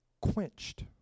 quenched